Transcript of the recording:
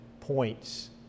points